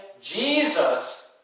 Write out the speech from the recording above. Jesus